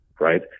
right